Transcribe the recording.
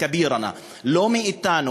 לא מאתנו,